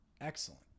excellent